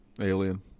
Alien